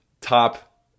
top